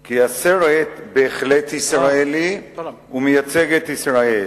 כי הסרט בהחלט ישראלי ומייצג את ישראל.